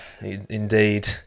indeed